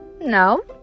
No